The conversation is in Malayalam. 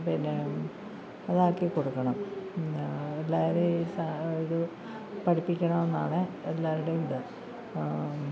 പിന്നെ അതാക്കി കൊടുക്കണം എല്ലാവരേം ഇത് പഠിപ്പിക്കണമെന്നാണ് എല്ലാവരുടെയും ഇത്